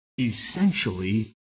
essentially